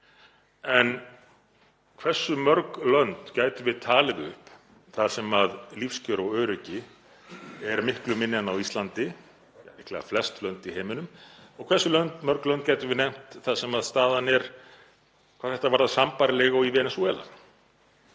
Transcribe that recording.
En hversu mörg lönd gætum við talið upp þar sem lífskjör og öryggi er miklu minna en á Íslandi, líklega flest lönd í heiminum, og hversu mörg lönd gætum við nefnt þar sem staðan er, hvað þetta varðar, sambærileg og í Venesúela?